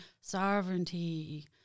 sovereignty